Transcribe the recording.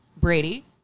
Brady